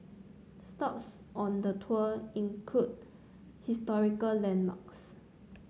stops on the tour include historical landmarks